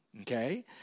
okay